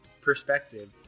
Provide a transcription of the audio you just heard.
perspective